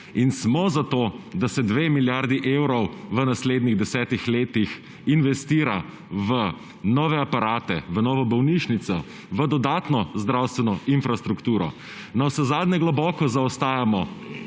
in smo za to, da se 2 milijardi evrov v naslednjih 10 letih investira v nove aparate, v novo bolnišnico, v dodatno zdravstveno infrastrukturo. Navsezadnje globoko zaostajamo